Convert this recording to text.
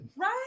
right